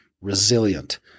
resilient